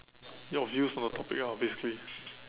your views on the topic ah basically